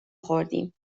خوردیم